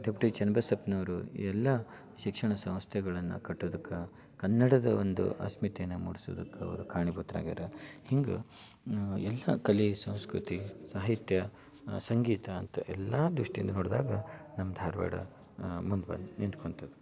deputy ಚೆನ್ನಬಸಪ್ಪನವ್ರು ಎಲ್ಲ ಶಿಕ್ಷಣ ಸಂಸ್ಥೆಗಳನ್ನು ಕಟ್ಟುವುದಕ್ಕೆ ಕನ್ನಡದ ಒಂದು ಅಸ್ಮಿತೆಯನ್ನು ಮೂಡ್ಸೋದಕ್ಕೆ ಅವ್ರು ಕಾರಣೀಭೂತ್ರು ಆಗ್ಯಾರ ಹಿಂಗೆ ಎಲ್ಲ ಕಲೆ ಸಂಸ್ಕೃತಿ ಸಾಹಿತ್ಯ ಸಂಗೀತ ಅಂಥ ಎಲ್ಲ ದೃಷ್ಟಿಯಲ್ಲಿ ನೋಡಿದಾಗ ನಮ್ಮ ಧಾರವಾಡ ಮುಂದೆ ಬಂದು ನಿಂತ್ಕೊಂತದು